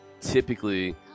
typically